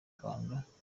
rwanda